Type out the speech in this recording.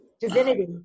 divinity